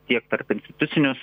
tiek tarpinstitucinius